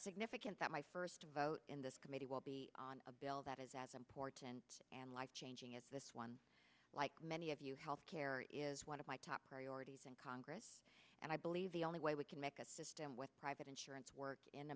significant that my first vote in this committee will be on a bill that is as important and life changing as this one like many of you health care is one of my top priorities in congress and i believe the only way we can make a system with private insurance work in